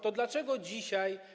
To dlaczego dzisiaj.